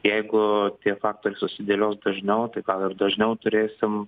jeigu tie faktoriai susidėlios dažniau tai gal ir dažniau turėsim